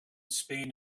spain